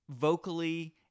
vocally